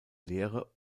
lehre